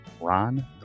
Ron